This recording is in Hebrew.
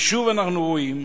ושוב אנחנו רואים